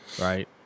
right